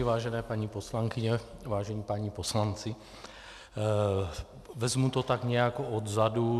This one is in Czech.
Vážené paní poslankyně, vážení páni poslanci, vezmu to tak nějak odzadu.